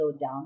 slowdown